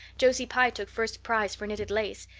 josie pye took first prize for knitted lace.